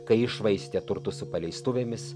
kai iššvaistė turtus su paleistuvėmis